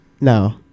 No